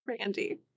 randy